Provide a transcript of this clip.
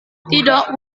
tidak